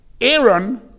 Aaron